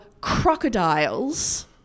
crocodiles